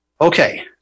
Okay